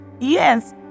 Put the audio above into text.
Yes